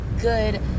good